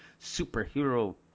superhero